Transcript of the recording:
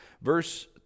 Verse